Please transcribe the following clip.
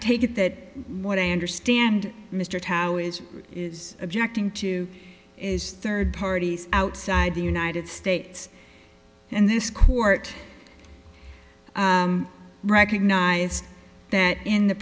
take it that what i understand mr tao is is objecting to third parties outside the united states and this court recognized that in the